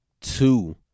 two